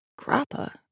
Grappa